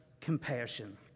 compassion